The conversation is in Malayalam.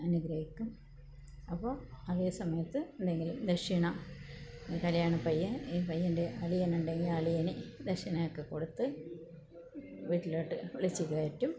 അനുഗ്രഹിക്കും അപ്പോ അതേ സമയത്ത് എന്തെങ്കിലും ദക്ഷിണ കല്യാണ പയ്യൻ ഈ പയ്യൻ്റെ അളിയനുണ്ടെങ്കിൽ അളിയന് ദക്ഷിണയൊക്കെ കൊടുത്ത് വീട്ടിലോട്ട് വിളിച്ചു കയറ്റും